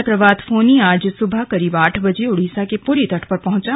चक्रवात फोनी आज सुबह करीब आठ बजे ओडिसा के पुरी तट पर पहुंचा